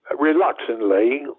reluctantly